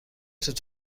توت